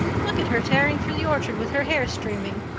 look at her tearing through the orchard with her hair streaming.